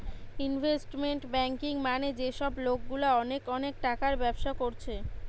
investment banking মানে যে সব লোকগুলা অনেক অনেক টাকার ব্যবসা কোরছে